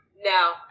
No